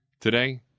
today